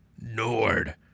Nord